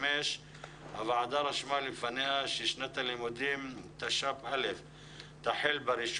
הוועדה רשמה לפניה ששנת הלימודים תשפ"א תחל ב-1